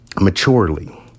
maturely